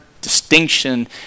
distinction